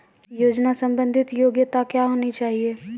योजना संबंधित योग्यता क्या होनी चाहिए?